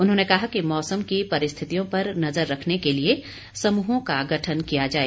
उन्होंने कहा कि मौसम की परिस्थितियों पर नजर रखने के लिए समूहों का गठन किया जाए